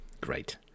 Great